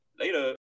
Later